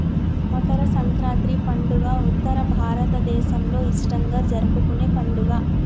మకర సంక్రాతి పండుగ ఉత్తర భారతదేసంలో ఇష్టంగా జరుపుకునే పండుగ